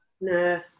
no